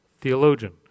theologian